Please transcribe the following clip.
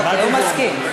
הוא מסכים,